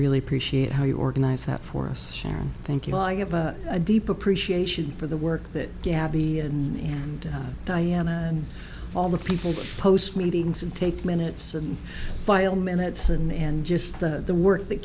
really appreciate how you organize that for us sharon thank you i have a deep appreciation for the work that gabby and diana and all the people who post meetings and take minutes and file minutes and and just the work that